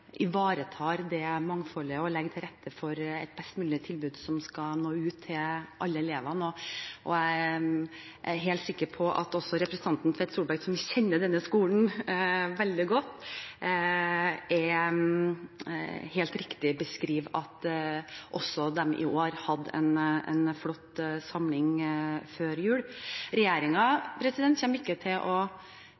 ivaretar mangfoldet og legger til rette for et best mulig tilbud, som skal nå ut til alle elevene, og jeg er helt sikker på at representanten Tvedt Solberg, som kjenner denne skolen veldig godt, helt riktig beskriver at den i år hadde en flott samling før jul.